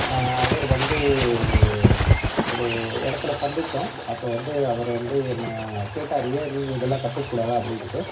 அவர் வந்து ஒரு இடத்துல சந்தித்தோம் அப்போ வந்து அவர் வந்து என்னை கேட்டார் ஏன் நீங்கள் இதெல்லாம் கற்றுக்கக்கூடாதா அப்படின்ட்டு